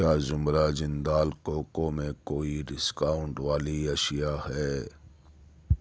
کیا زمرہ جندال کوکو میں کوئی ڈسکاؤنٹ والی اشیاء ہے